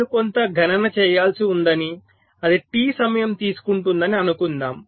నేను కొంత గణన చేయాల్సి ఉందని అది టి సమయం తీసుకుంటుందని అనుకుందాం